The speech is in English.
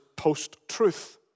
post-truth